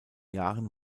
jahren